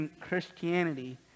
Christianity